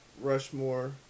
Rushmore